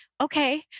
Okay